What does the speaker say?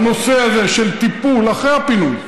בנושא הזה של טיפול אחרי הפינוי,